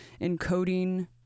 encoding